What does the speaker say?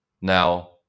Now